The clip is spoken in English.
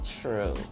True